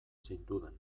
zintudan